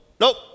nope